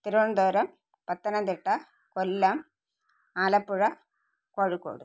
Thiruvananthapuram Pathanamthitta Kollam Alappuzha Kozhikode